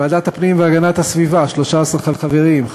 ועדת הפנים והגנת הסביבה, 13 חברים.